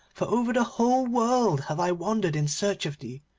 for over the whole world have i wandered in search of thee.